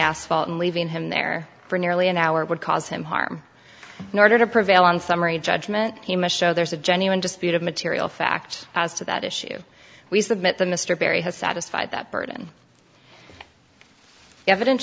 asphalt and leaving him there for nearly an hour would cause him harm in order to prevail on summary judgment he must show there is a genuine just feet of material fact as to that issue we submit the mr barry has satisfied that burden evidence